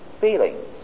feelings